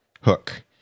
Hook